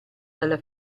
dalla